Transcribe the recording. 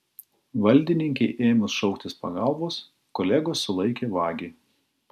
valdininkei ėmus šauktis pagalbos kolegos sulaikė vagį